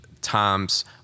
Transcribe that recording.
times